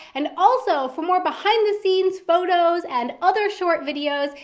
and also, for more behind the scenes photos and other short videos,